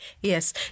Yes